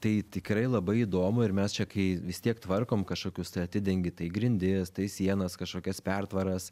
tai tikrai labai įdomu ir mes čia kai vis tiek tvarkom kažkokius tai atidengi tai grindis tai sienas kažkokias pertvaras